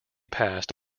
passed